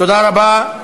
תודה רבה.